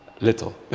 little